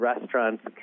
restaurants